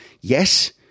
Yes